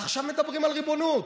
ועכשיו מדברים על ריבונות.